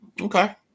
Okay